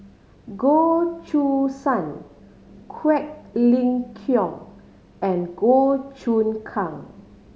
Goh Choo San Quek Ling Kiong and Goh Choon Kang